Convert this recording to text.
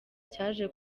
cyaje